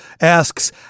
asks